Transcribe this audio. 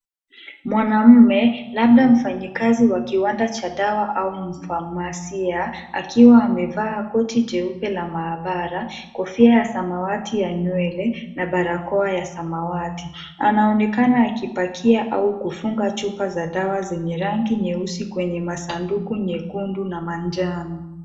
Mwanaume, labda mfanyikazi wa kiwanda cha dawa au mfamasia akiwa amevaa koti jeupe la maabara, kofia ya samawati ya nywele na barakoa ya samawati. Anaonekana akipakia au kufunga chupa za dawa zenye rangi nyeusi kwenye masanduku nyekundu na manjano.